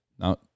Now